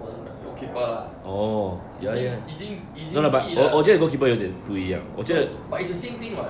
我的 bac~ goalkeeper lah 已经已经已经踢了 no but it's same thing [what]